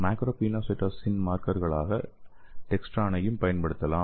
மைக்ரோபினோசைட்டோசிஸின் மார்க்கர்களாக டெக்ஸ்ட்ரானையும் பயன்படுத்தலாம்